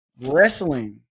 wrestling